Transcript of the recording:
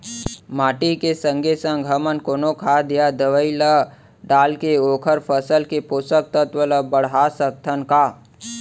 माटी के संगे संग हमन कोनो खाद या दवई ल डालके ओखर फसल के पोषकतत्त्व ल बढ़ा सकथन का?